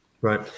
Right